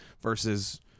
versus